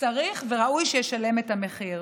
צריך וראוי שישלם את המחיר.